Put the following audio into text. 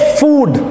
food